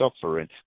suffering